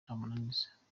ntamananiza